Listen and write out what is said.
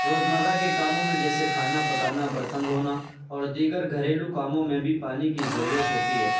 روز مرہ کے کاموں میں جیسے کھانا پکانا برتن دھونا اور دیگر گھریلو کاموں میں بھی پانی کی ضرورت ہوتی ہے